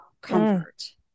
comfort